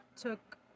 Took